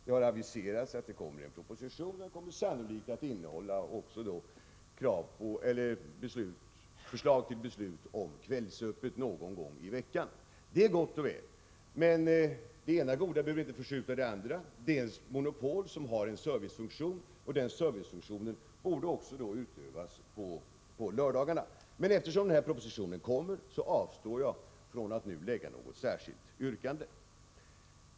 Det har aviserats att det kommer en proposition som sannolikt också kommer att innehålla förslag till beslut om kvällsöppet någon gång i veckan. Det är gott och väl, men det ena goda behöver inte förskjuta det andra. Det är ett monopol som har en servicefunktion, och denna servicefunktion borde också utövas på lördagarna. Men eftersom propositionen kommer avstår jag från att nu lägga fram något särskilt yrkande.